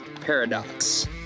paradox